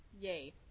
Yay